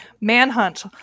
manhunt